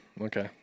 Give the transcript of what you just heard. okay